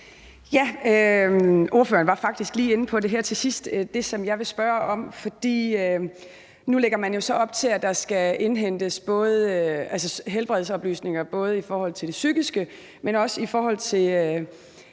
Ordføreren var faktisk lige her til sidst inde på det, som jeg vil spørge om. Nu lægger man jo op til, at der skal indhentes helbredsoplysninger både i forhold til det psykiske, men også i forhold til